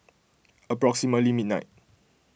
approximately midnight